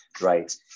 right